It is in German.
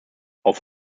auf